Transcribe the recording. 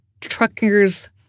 trucker's